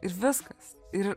ir viskas ir